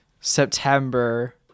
September